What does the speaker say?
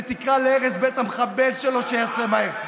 תקרא להרס בית המחבל שלו שייעשה מהר.